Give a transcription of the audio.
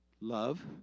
Love